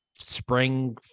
spring